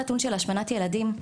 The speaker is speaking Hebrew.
נתון של השמנת ילדים,